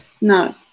no